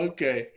Okay